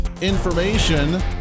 information